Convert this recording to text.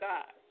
God